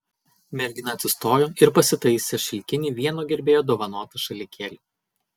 mergina atsistojo ir pasitaisė šilkinį vieno gerbėjo dovanotą šalikėlį